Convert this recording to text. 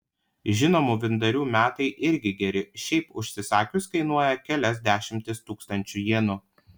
žinomų vyndarių metai irgi geri šiaip užsisakius kainuoja kelias dešimtis tūkstančių jenų